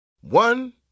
One